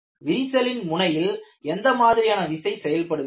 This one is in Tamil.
விரிசலின் முனையில் எந்த மாதிரியான விசை செயல்படுகிறது